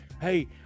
Hey